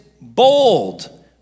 bold